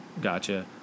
Gotcha